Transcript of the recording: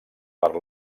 per